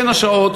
בין השעות